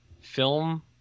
film